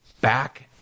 back